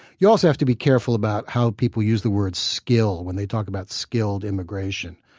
you also have to be careful about how people use the word skill when they talk about skilled immigration.